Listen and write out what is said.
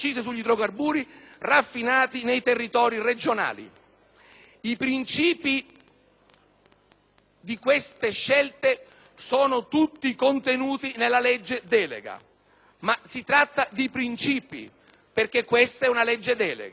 I princìpi di queste scelte sono tutti contenuti nella legge delega, ma si tratta di princìpi - perché questa è una legge delega - che vanno riempiti di contenuti.